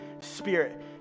Spirit